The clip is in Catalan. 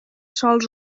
sòls